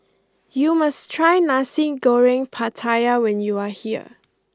you must try Nasi Goreng Pattaya when you are here